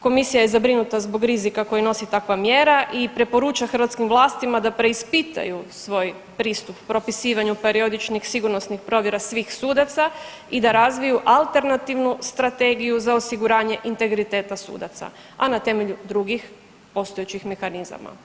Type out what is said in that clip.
Komisija je zabrinuta zbog rizika koji nosi takva mjera i preporuča hrvatskim vlastima da preispitaju svoj pristup propisivanju periodičnih sigurnosnih provjera svih sudaca i da razviju alternativnu strategiju za osiguranje integriteta sudaca, a na temelju drugih postojećih mehanizama.